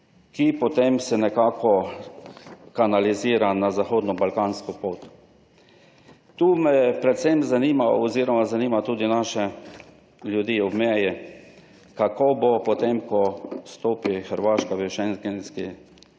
ki potem se nekako kanalizira na zahodno balkansko pot. Tu me predvsem zanima oziroma zanima tudi naše ljudi ob meji: Kako bo potem, ko stopi Hrvaška v schengenski